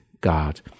God